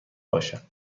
باشد